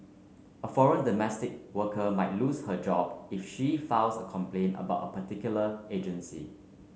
a foreign domestic worker might lose her job if she files a complaint about a particular agency